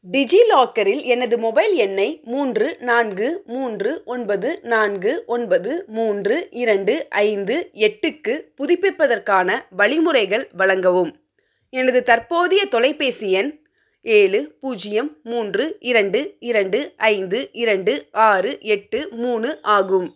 டிஜிலாக்கரில் எனது மொபைல் எண்ணை மூன்று நான்கு மூன்று ஒன்பது நான்கு ஒன்பது மூன்று இரண்டு ஐந்து எட்டுக்கு புதுப்பிப்பதற்கான வழிமுறைகள் வழங்கவும் எனது தற்போதைய தொலைபேசி எண் ஏழு பூஜ்ஜியம் மூன்று இரண்டு இரண்டு ஐந்து இரண்டு ஆறு எட்டு மூணு ஆகும்